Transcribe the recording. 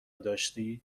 داشتی